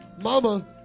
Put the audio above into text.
Mama